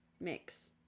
mix